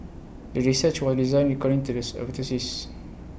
the research was designed according to the